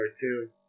two